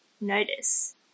notice